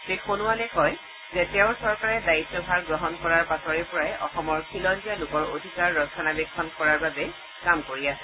শ্ৰীসোণোৱালে কয় যে তেওঁৰ চৰকাৰে দায়িত্বভাৰ গ্ৰহণ কৰাৰ পাচৰে পৰা অসমৰ খিলঞ্জীয়ালোকৰ অধিকাৰ ৰক্ষণাবেক্ষণ কৰাৰ বাবে কাম কৰি আছে